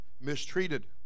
mistreated